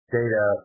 data